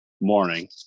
morning